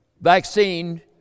vaccine